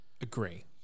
agree